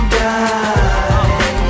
die